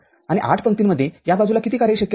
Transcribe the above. आणि ८ पंक्तींमध्येया बाजूला किती कार्ये शक्य आहेत